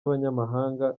abanyamahanga